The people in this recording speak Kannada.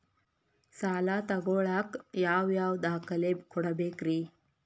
ಸಾಲ ತೊಗೋಳಾಕ್ ಯಾವ ಯಾವ ದಾಖಲೆ ಕೊಡಬೇಕ್ರಿ?